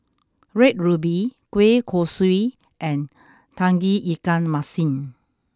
red ruby Kueh Kosui and Tauge Ikan Masin